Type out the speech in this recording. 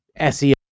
SEO